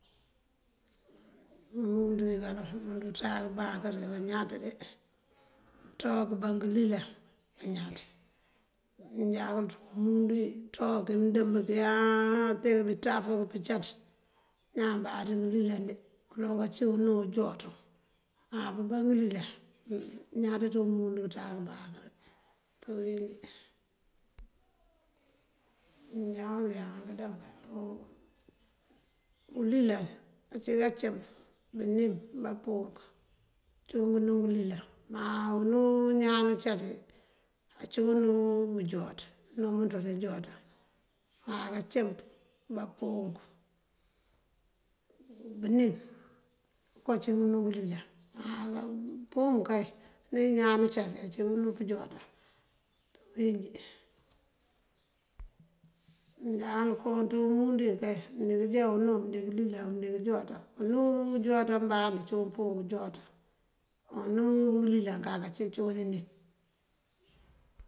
Umundu wí kaloŋ wí këţáak këbáakër wí añaţ de, këţoo áak këbá ngëlilan añaţ. Manjákul ţí umundu wí këţoo áa kí mëndëmb bíki áa te këbí ţaf o pëcaţ ñaan báaţ ngëlilan de uloŋ kací unú ujooţú. Má pëbá ngëlilan añaţ ţí umundu këţáak këbáakër ţí uwín njá. Manjákul yáank daŋ ulilan ací kacëmp, bënim, bapúunk cúun unú ngënú ulilan má unú wí ñaan caţ wí ací unú bëjooţ unú wumënţ waŋ këjooţan. Má kacëmp, bapúunk, bënim ngënko cí wunú ngëlilan má púum kay unú wí ñaanu caţ wí ací unú bëjooţan dí bíwínjí. Manjákul ţí umundu wí kay mëndi këjá unú mëndik këjooţan unú ujooţan bandí wí cúun púum ijooţan á unú ngëlilan kaka cí cúun inim.